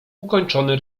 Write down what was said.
ukończony